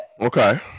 Okay